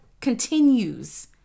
continues